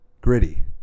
Gritty